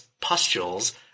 pustules